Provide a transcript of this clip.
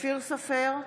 אופיר סופר,